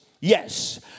Yes